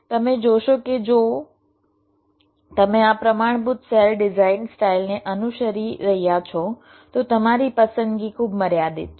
તમે જોશો કે જો તમે આ પ્રમાણભૂત સેલ ડિઝાઇન સ્ટાઈલને અનુસરી રહ્યાં છો તો તમારી પસંદગી ખૂબ મર્યાદિત છે